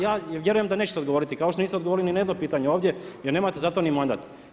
Ja vjerujem da nećete odgovoriti, kao što niste odgovorili ni na jedno pitanje ovdje, jer nemate za to mandat.